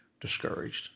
Discouraged